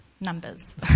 numbers